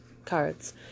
cards